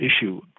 issue